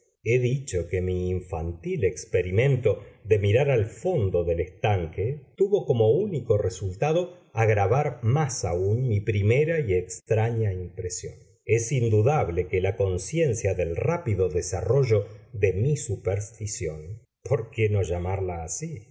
he dicho que mi infantil experimento de mirar al fondo del estanque tuvo como único resultado agravar más aún mi primera y extraña impresión es indudable que la conciencia del rápido desarrollo de mi superstición por qué no llamarla así